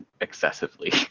excessively